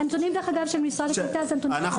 הנתונים דרך אגב של משרד הקליטה זה הנתונים שלנו.